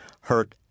hurt